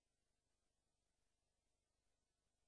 טוב, זה משהו פנימי, לא